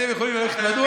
אתם יכולים ללכת לנוח,